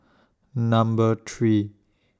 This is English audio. Number three